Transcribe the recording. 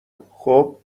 خوب